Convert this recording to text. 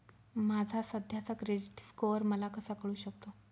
माझा सध्याचा credit score मला कसा कळू शकतो?